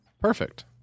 Perfect